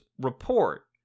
report